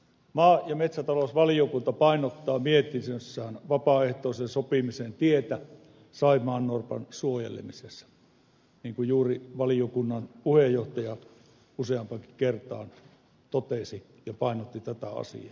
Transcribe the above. maa ja metsätalousvaliokunta painottaa mietinnössään vapaaehtoisen sopimisen tietä saimaannorpan suojelemisessa niin kuin juuri valiokunnan puheenjohtaja useampaankin kertaan totesi ja painotti tätä asiaa